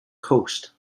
coast